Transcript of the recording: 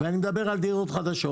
ואני מדבר על דירות חדשות